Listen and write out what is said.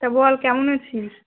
তা বল কেমন আছিস